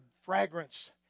fragrance